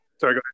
Sorry